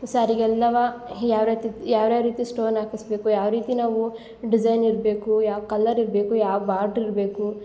ಸ್ಯಾರಿಗೆಲ್ಲವ ಯಾವ ರೀತಿದು ಯಾವ ಯಾವ ರೀತಿ ಸ್ಟೋನ್ ಹಾಕಿಸ್ಬೇಕು ಯಾವ ರೀತಿ ನಾವು ಡಿಸೈನ್ ಇರಬೇಕು ಯಾವ ಕಲರ್ ಇರಬೇಕು ಯಾವ ಬಾಡ್ರ್ ಇರಬೇಕು